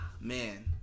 man